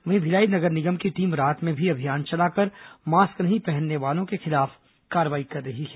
वहीं भिलाई नगर निगम की टीम रात में भी अभियान चलाकर मास्क नहीं पहनने वालों के खिलाफ कार्रवाई कर रही है